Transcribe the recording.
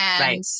Right